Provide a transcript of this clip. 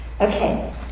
Okay